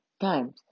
times